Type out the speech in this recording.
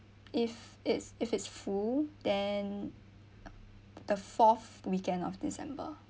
if it's if it's full then the fourth weekend of december